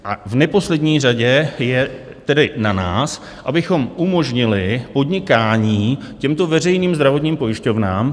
V neposlední řadě je tedy na nás, abychom umožnili podnikání těmto veřejným zdravotním pojišťovnám.